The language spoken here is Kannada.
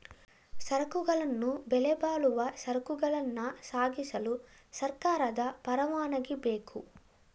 ಸರಕುಗಳನ್ನು ಬೆಲೆಬಾಳುವ ಸರಕುಗಳನ್ನ ಸಾಗಿಸಲು ಸರ್ಕಾರದ ಪರವಾನಗಿ ಬೇಕು